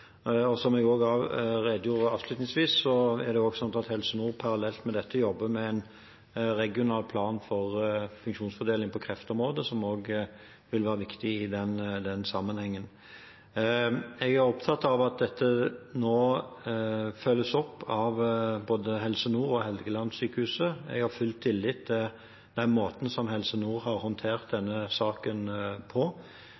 Som jeg også redegjorde for avslutningsvis, jobber Helse Nord parallelt med en regional plan for funksjonsfordeling på kreftområdet, som også vil være viktig i den sammenhengen. Jeg er opptatt av at dette nå følges opp av både Helse Nord og Helgelandssykehuset. Jeg har full tillit til den måten Helse Nord har håndtert denne saken på. Vi er helt avhengige av, ikke minst med tanke på det som skal være den